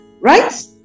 right